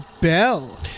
bell